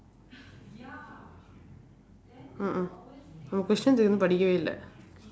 உன்:un questionsae இன்னும் படிக்கவே இல்ல:innum padikkavee illa